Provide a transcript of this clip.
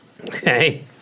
Okay